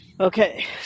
Okay